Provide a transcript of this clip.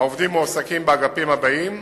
העובדים מועסקים באגפים הבאים: